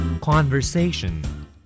Conversation